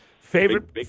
Favorite